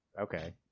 Okay